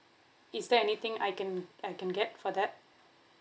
is there anything I can I can get for that